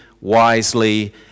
wisely